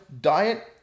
diet